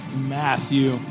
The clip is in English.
Matthew